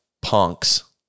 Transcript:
punks